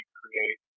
create